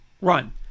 run